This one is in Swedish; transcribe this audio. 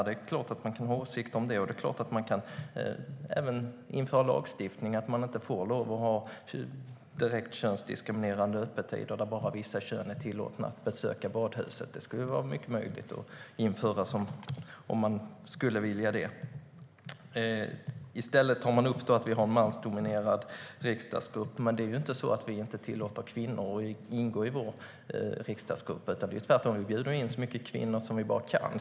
Det är klart att man kan ha åsikter om det och även införa lagstiftning om att man inte får ha direkt könsdiskriminerande öppettider där bara personer av ett visst kön är tillåtna att besöka badhuset. Det skulle vara mycket möjligt att införa om man skulle vilja det. I stället tar man upp att vi har en mansdominerad riksdagsgrupp. Det är inte så att vi inte tillåter kvinnor att ingå i vår riksdagsgrupp. Vi bjuder tvärtom in så många kvinnor som vi bara kan.